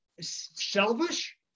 selfish